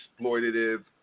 exploitative